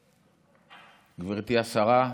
גברתי השרה,